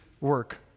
work